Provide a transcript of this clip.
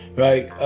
right.